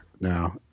now